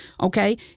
Okay